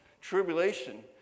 tribulation